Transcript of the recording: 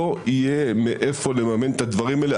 לא יהיה מאיפה לממן את הדברים האלה,